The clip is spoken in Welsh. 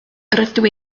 rydw